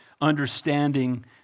understanding